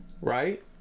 right